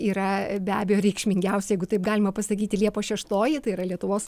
yra be abejo reikšmingiausia jeigu taip galima pasakyti liepos šeštoji tai yra lietuvos